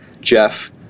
jeff